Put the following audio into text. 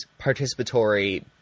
participatory